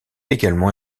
également